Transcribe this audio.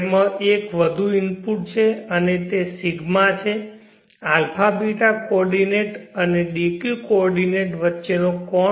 તેમાં એક વધુ ઇનપુટ છે અને તે 𝜌 છે ∝β કોઓર્ડિનેટ અને dq કો ઓર્ડિનેટ વચ્ચેનો કોણ